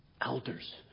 Elders